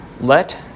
let